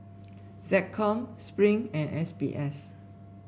SecCom Spring and S B S